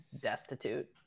destitute